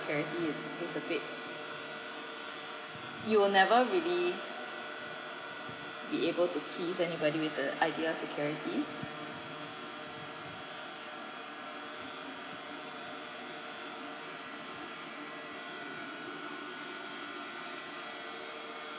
security is is a bit you will never really be able to please everybody with the ideal security